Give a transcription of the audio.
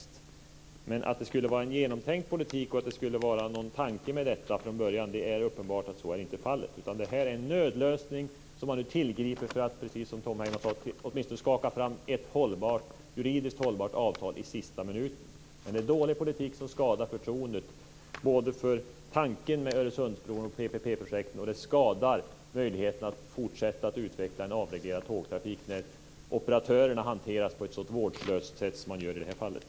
Det är uppenbart att det här inte är fråga om en genomtänkt politik och att det inte har funnits någon tanke med detta från början. Det är en nödlösning som man har tillgripit för att, precis som Tom Heyman sade, åtminstone från ett håll skaka fram ett juridiskt hållbart avtal i sista minuten. Det är en dålig politik som skadar förtroendet både för tanken med Öresundsbron och för PPP-projekt. Det skadar dessutom möjligheten att fortsätta att avreglera tågtrafiken när operatörerna hanteras på ett sådant vårdslöst sätt som i det här fallet.